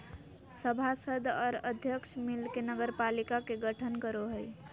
सभासद और अध्यक्ष मिल के नगरपालिका के गठन करो हइ